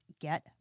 get